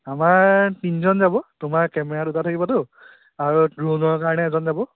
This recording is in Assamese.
আমাৰ তিনিজন যাব তোমাৰ কেমেৰা দুটা থাকিবতো আৰু দ্ৰোণৰ কাৰণে এজন যাব